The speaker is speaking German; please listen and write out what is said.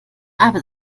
aber